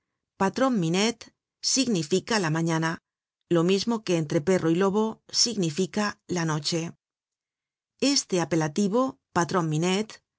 patron minette significa la mañana lo mismo que entre perro y lobo significa la noche este apelativo patron minette